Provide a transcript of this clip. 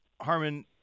Harmon